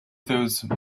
those